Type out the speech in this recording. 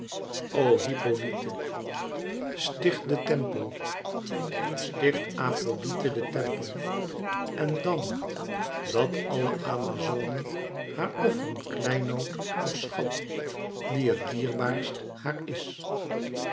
o hippolyte sticht den tempel sticht afrodite den tempel en dan dat alle amazonen haar offeren kleinood of schat die het dierbaarst haar is